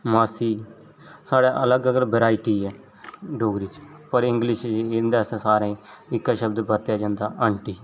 मासी साढ़े अलग अलग वैरायटी ऐ डोगरी च पर इंग्लिश इं'दे आस्तै सारें ई इक्कै शब्द बरतेआ जन्दा आंटी